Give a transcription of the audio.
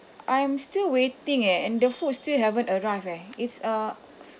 I'm still waiting eh and the food still haven't arrived eh it's a